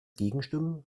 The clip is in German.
gegenstimmen